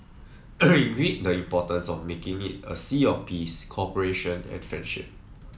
we agreed the importance of making it a sea of peace cooperation and friendship